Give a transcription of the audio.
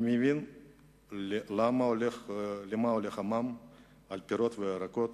אני מבין למה הולך המע"מ על פירות וירקות.